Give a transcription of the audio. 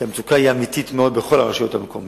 כי המצוקה היא אמיתית מאוד בכל הרשויות המקומיות.